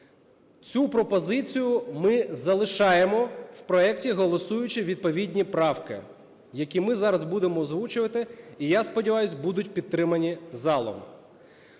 Цю пропозицію ми залишаємо в проекті, голосуючи відповідні правки, які ми зараз будемо озвучувати, і я сподіваюсь, будуть підтримані залом.